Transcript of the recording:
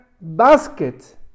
basket